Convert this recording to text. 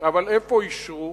אבל איפה אישרו,